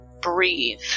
breathe